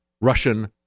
Russian